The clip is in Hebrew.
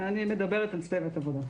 אני מדברת על צוות עבודה.